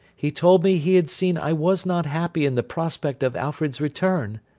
he told me he had seen i was not happy in the prospect of alfred's return.